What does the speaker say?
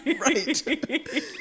Right